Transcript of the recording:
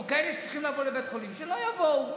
או כאלה שצריכים לבוא לבית חולים, שלא יבואו.